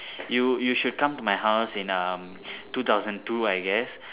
you you should come to my house in um two thousand two I guess